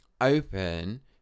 open